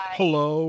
hello